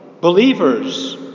believers